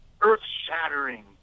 earth-shattering